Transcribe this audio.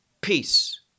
peace